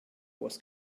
was